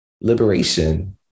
liberation